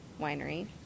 winery